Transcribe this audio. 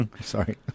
Sorry